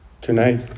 Tonight